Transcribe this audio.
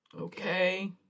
Okay